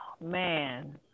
man